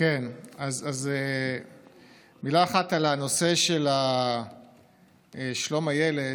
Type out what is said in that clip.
אז מילה אחת על הנושא של שלום הילד.